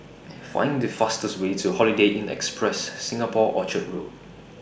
Find The fastest Way to Holiday Inn Express Singapore Orchard Road